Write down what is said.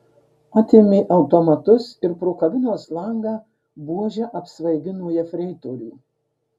atėmė automatus ir pro kabinos langą buože apsvaigino jefreitorių